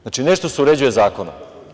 Znači, nešto se uređuje zakonom.